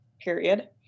period